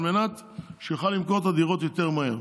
על מנת שיוכל למכור את הדירות יותר מהר,